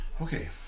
okay